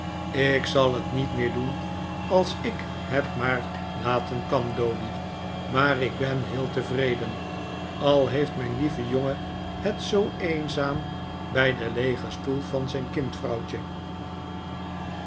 ik zal het niet meer doen als ik het maar laten kan doady maar ik ben heel tevreden al heeft mijn lieve jongen het zoo eenzaam bij den leegen stoel van zijn